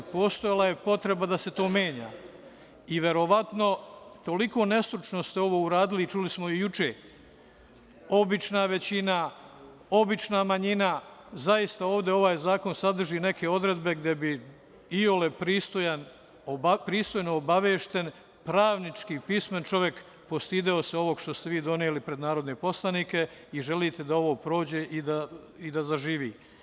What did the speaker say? Postojala je potreba da se to menja i verovatno ste toliko nestručno ovo uradili, čuli smo i juče, obična većina, obična manjina, zaista ovaj zakon sadrži neke odredbe gde bi iole pristojno obavešten pravnički pismen čovek postideo se ovog što ste vi doneli pred narodne poslanike i želite da ovo prođe i da zaživi.